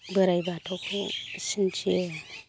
बोराय बाथौखौ सिबियो